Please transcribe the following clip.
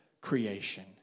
creation